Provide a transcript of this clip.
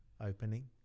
opening